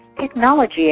technology